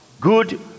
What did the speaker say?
good